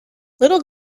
little